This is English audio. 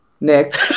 nick